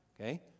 Okay